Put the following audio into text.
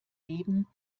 leben